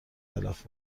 تلف